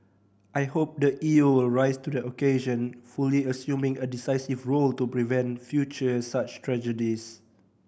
I hope the E U will rise to the occasion fully assuming a decisive role to prevent future such tragedies